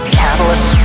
catalyst